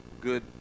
good